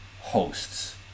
hosts